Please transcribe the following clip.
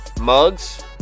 mugs